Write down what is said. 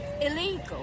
illegal